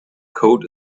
code